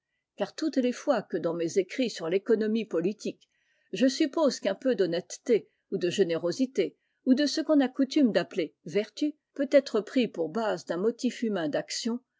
car toutes les fois que dans mes écrits sur l'economie politique je suppose qu'un peu d'honnêteté ou de générosité ou de ce qu'on a coutume d'appeler vertu m peut être pris pour base d'un motif humain d'action